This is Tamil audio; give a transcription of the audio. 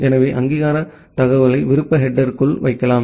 எனவே அங்கீகார தகவலை விருப்ப ஹெடேர்க்குள் வைக்கலாம்